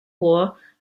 war